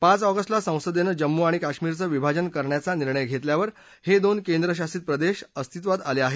पाच ऑगस्टला संसदेनं जम्मू आणि काश्मीरचं विभाजन करण्याचा निर्णय घेतल्यावर हे दोन केंद्रशासित प्रदेश अस्तित्वात आले आहेत